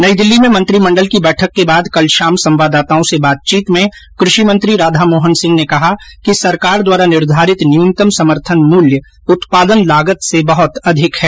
नई दिल्ली में मंत्रिमंडल की बैठक के बाद कल शाम संवाददाताओं से बातचीत में कृषि मंत्री राधा मोहन सिंह ने कहा कि सरकार द्वारा निर्धारित न्यूनतम समर्थन मूल्य उत्पादन लागत से बहत अधिक है